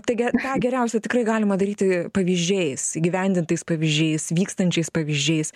taigi tą geriausia tikrai galima daryti pavyzdžiais įgyvendintais pavyzdžiais vykstančiais pavyzdžiais